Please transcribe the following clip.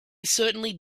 certainly